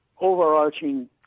overarching